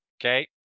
okay